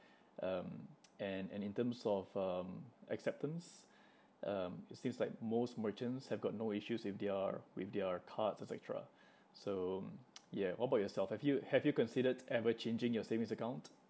um and and in terms of um acceptance um it seems like most merchants have got no issues with their with their cards et cetera so yeah what about yourself have you have you considered ever changing your savings account